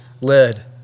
led